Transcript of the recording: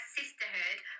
sisterhood